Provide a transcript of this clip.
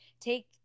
take